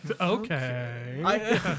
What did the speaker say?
Okay